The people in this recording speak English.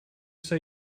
say